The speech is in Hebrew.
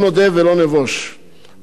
לא שמענו על פרויקט שח"ף